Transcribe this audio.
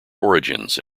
origins